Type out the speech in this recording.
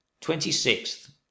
twenty-sixth